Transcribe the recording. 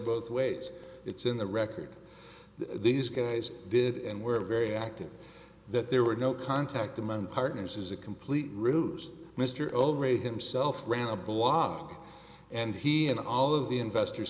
both ways it's in the record these guys did and were very active that there were no contact among partners is a complete reversal mr o'grady himself ran a blog and he and all of the investors